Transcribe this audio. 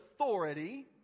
authority